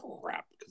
crap